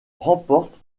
remporte